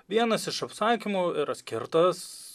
vienas iš apsakymų yra skirtas